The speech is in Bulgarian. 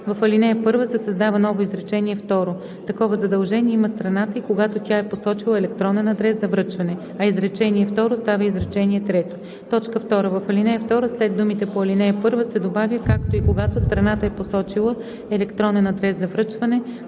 В ал. 1 се създава ново изречение второ: „Такова задължение има страната и когато тя е посочила електронен адрес за връчване.“, а изречение второ става изречение трето. 2. В ал. 2 след думите „по ал. 1“ се добавя „както и когато страната е посочила електронен адрес за връчване,